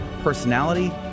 personality